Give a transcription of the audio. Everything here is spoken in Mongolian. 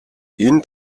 энэ